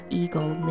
eagle